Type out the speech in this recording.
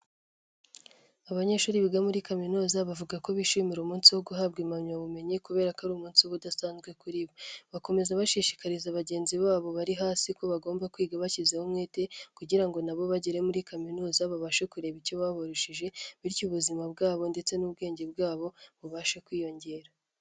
Abanyeshuri biga muri kaminuza bavuga ko bishimira umunsi wo guhabwa impamyabumenyi kubera ko ari umunsi uba udasanzwe kuri bo. Bakomeza bashishikariza bagenzi babo bari hasi ko bagomba kwiga bashyizeho umwete kugira ngo nabo bagere muri kaminuza, babashe kureba icyo babarushije bityo ubuzima bwabo ndetse n'ubwenge bwabo bubashe kwiyongera.